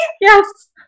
Yes